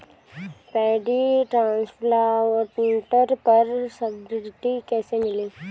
Paddy transplanter पर subsidy कैसे मिली?